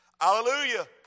Hallelujah